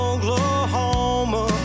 Oklahoma